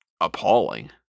appalling